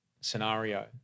scenario